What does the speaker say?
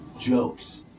jokes